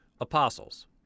apostles